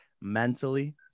mentally